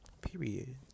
Period